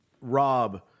Rob